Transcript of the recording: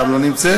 גם לא נמצאת.